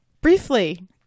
Briefly